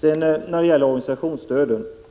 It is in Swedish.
Beträffande organisationsstödet